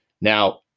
Now